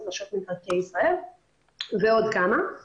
חיים ושרווחת בעלי חיים תהיה הכי מקצועית